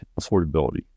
affordability